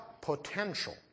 potential